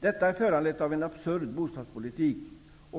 Detta har föranletts av en absurd bostadspolitik.